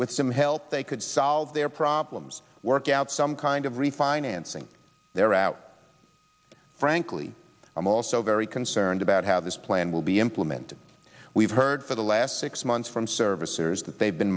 with some help they could solve their problems work out some kind of refinancing their out frankly i'm also very concerned about how this plan will be implemented we've heard for the last months from services that they've been